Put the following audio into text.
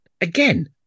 Again